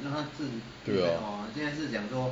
对 lor